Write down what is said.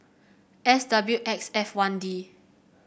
S W X F one D